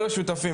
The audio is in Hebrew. כל השותפים,